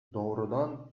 doğrudan